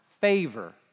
favor